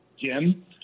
Jim